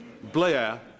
Blair